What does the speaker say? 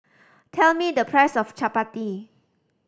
tell me the price of chappati